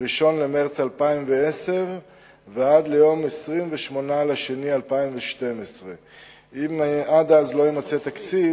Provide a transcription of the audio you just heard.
1 במרס 2010 ועד ליום 28 בפברואר 2012. אם עד אז לא יימצא תקציב,